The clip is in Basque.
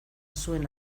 zuen